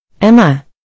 Emma